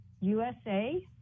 USA